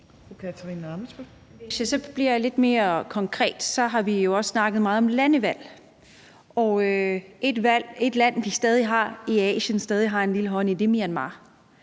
Hvis jeg så bliver lidt mere konkret, har vi jo også snakket meget om landevalg, og et land i Asien, som vi stadig har en lille hånd med i, er Myanmar.